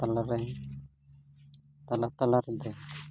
ᱛᱟᱞᱟᱨᱮ ᱛᱟᱞᱟ ᱛᱟᱞᱟ ᱨᱮᱫᱚ